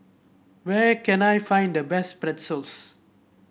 where can I find the best Pretzels